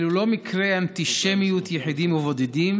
אלו לא מקרי אנטישמיות יחידים ובודדים